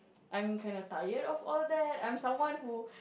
I'm kinda tired of all that I'm someone who